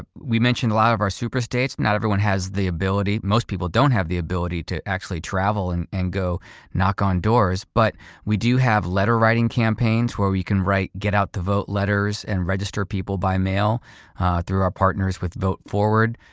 ah we mentioned a lot of our super states, not everyone has the ability, most people don't have the ability to actually travel and and go knock on doors. but we do have letter writing campaigns where we can write, get out the vote letters and register people by mail through our partners with vote forward.